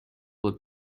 will